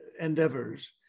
endeavors